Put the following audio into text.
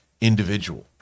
individual